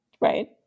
right